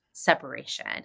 Separation